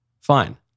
Fine